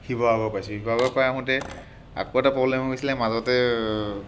শিৱসাগৰ পাইছোহি শিৱসাগৰ পাই আহোঁতে আকৌ এটা প্ৰবলেম হৈ গৈছিলে মাজতে